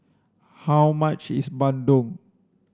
how much is Bandung